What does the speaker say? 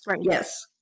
yes